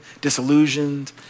disillusioned